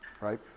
Right